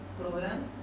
program